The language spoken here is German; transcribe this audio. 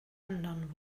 anderen